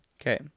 Okay